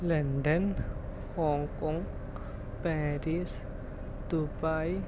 London Hong Kong Paris Dubai